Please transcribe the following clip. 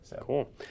Cool